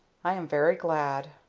i am very glad.